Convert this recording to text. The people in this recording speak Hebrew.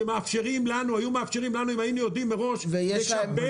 שמאפשרים לנו אם היינו יודעים מראש לשבץ.